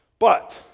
but,